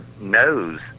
knows